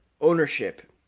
ownership